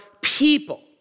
people